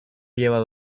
llevado